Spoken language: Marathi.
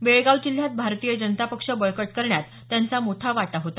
बेळगाव जिल्ह्यात भारतीय जनता पक्ष बळकट करण्यात त्यांचा मोठा वाटा होता